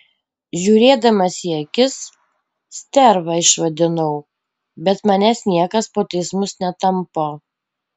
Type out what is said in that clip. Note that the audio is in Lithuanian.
žiūrėdamas į akis sterva išvadinau bet manęs niekas po teismus netampo